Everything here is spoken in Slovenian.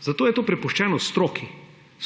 Zato je to prepuščeno stroki